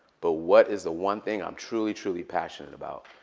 but what is the one thing i'm truly, truly passionate about?